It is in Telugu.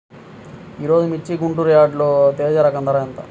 ఈరోజు మిర్చి గుంటూరు యార్డులో తేజ రకం ధర ఎంత?